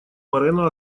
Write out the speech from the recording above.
морено